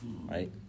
right